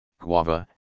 guava